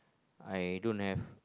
I don't have